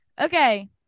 Okay